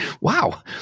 wow